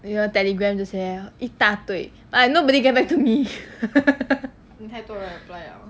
也有 telegram 这些一大堆 but like nobody get back to me